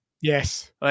Yes